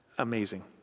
amazing